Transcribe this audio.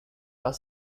are